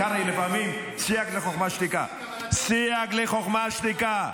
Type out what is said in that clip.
קרעי, לפעמים, סייג לחוכמה שתיקה.